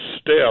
step